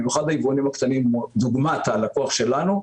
במיוחד ליבואנים הקטנים כדוגמת הלקוח שלנו,